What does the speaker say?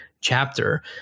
chapter